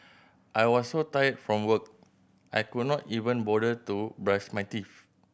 I was so tired from work I could not even bother to brush my teeth